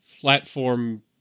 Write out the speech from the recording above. platform